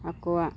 ᱟᱠᱚᱣᱟᱜ